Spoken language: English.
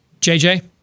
JJ